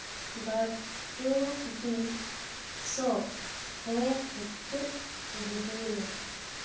ᱵᱟᱨᱴᱩ ᱰᱨᱤᱠ ᱥᱚᱯ ᱦᱮᱸ ᱦᱚᱪᱚᱜ ᱜᱤᱰᱤ ᱢᱮ